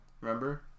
Remember